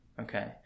okay